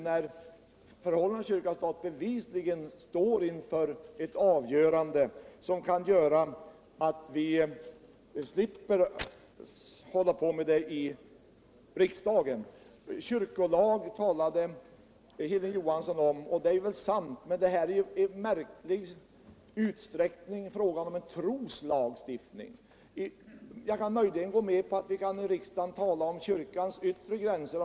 när förhållandet kyrka-stat bevisligen står inför ett avgörande som kan innebära att vi slipper diskutera det i riksdagen framdeles? Hilding Johansson talade om kyrkolagen, men här harju frågan kommit att utsträckas till att gälla en troslagstiftning. Jag kan möjligen gå med på att vi i riksdagen kan diskutera frågor om kyrkans yttre gränser.